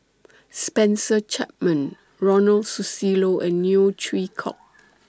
Spencer Chapman Ronald Susilo and Neo Chwee Kok